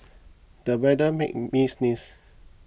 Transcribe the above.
the weather made me sneeze